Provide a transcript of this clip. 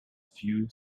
few